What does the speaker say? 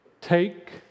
take